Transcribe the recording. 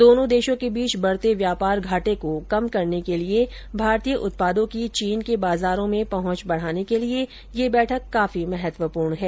दोनों देशों के बीच बढ़ते व्यापार घाटे को कम करने के लिए भारतीय उत्पादों की चीन के बाजारों में पहुंच बढ़ाने के लिए ये बैठक काफी महत्वपूर्ण है